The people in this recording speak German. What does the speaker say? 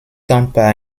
tampa